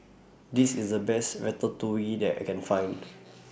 This IS The Best Ratatouille that I Can Find